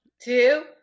two